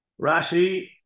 Rashi